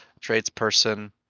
tradesperson